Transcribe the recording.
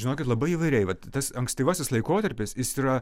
žinokit labai įvairiai vat tas ankstyvasis laikotarpis jis yra